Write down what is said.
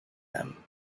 them